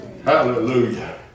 Hallelujah